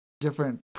different